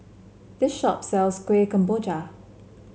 this shop sells Kueh Kemboja